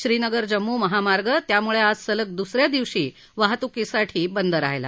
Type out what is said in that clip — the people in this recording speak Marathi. श्रीनगर जम्मू महामार्ग त्यामुळे आज सलग दुस या दिवशी वाहतुकीसाठी बंद राहील